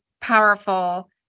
powerful